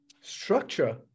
structure